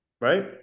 right